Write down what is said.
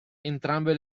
entrambe